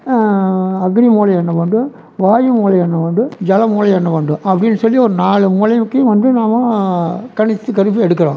அக்னி மூலை என்ன பண்டும் வாயு மூலை என்ன பண்டும் ஜக மூலை என்ன பண்டும் அப்படினு சொல்லி ஒரு நாலு மூலைக்கும் வந்து நாம் கணிச்சு கணிச்சு எடுக்கிறோம்